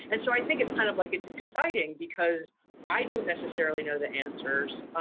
and so i think it's kind of like it's exciting because i don't necessarily know the answers,